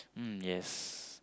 mm yes